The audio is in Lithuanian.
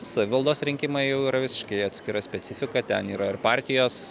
savivaldos rinkimai jau yra visiškai atskira specifika ten yra ir partijos